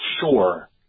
sure